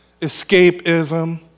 escapism